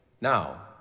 Now